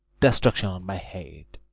destruction on my head,